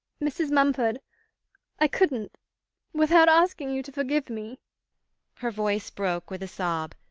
mrs. mumford i couldn't without asking you to forgive me her voice broke with a sob.